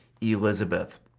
Elizabeth